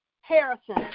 Harrison